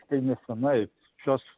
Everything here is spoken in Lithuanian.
štai nesenai šios